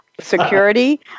Security